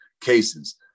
cases